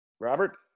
Robert